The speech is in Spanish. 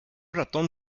ratón